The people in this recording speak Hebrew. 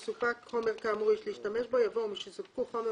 "ומשסופק חומר כאמור יש להשתמש בו" יבוא "ומשסופקו חומר